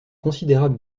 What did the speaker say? considérable